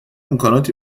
امکاناتی